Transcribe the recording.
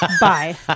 Bye